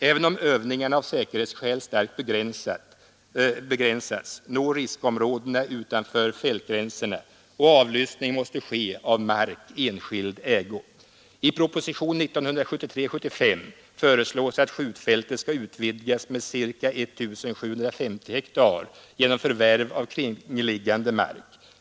Även om övningarna av säkerhetsskäl starkt begränsas, når riskområdena utanför fältgränserna, och avlysning måste ske av mark i enskild ägo. I propositionen 1973:75 föreslås att skjutfältet skall utvidgas med ca 1750 hektar genom förvärv av kringliggande mark.